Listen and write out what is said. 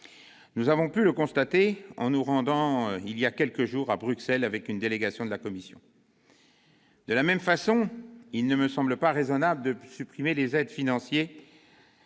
Nous avons pu le constater en nous rendant voilà quelques jours à Bruxelles avec une délégation de la commission. De la même façon, il ne me semble pas raisonnable de supprimer les aides financières